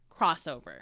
crossover